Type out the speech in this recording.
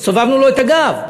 סובבנו לו את הגב.